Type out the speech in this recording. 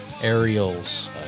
Aerials